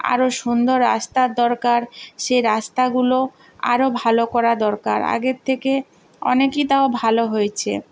আরও সুন্দর রাস্তার দরকার সে রাস্তাগুলো আরও ভালো করা দরকার আগের থেকে অনেকেই তাও ভালো হয়েছে